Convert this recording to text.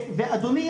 אדוני,